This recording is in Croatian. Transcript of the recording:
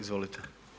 Izvolite.